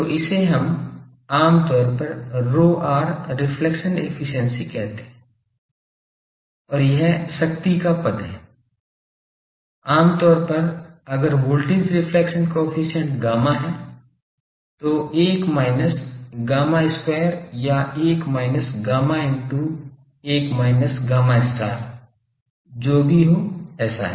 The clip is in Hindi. तो इसे हम आम तौर पर ρr रिफ्लेक्शन एफिशिएंसी कहते हैं और यह शक्ति का पद है आमतौर पर अगर वोल्टेज रिफ्लेक्शन कोएफ़िशिएंट gamma है तो 1 minus gamma square या 1 minus gamma into 1 minus gamma star जो भी हो ऐसा है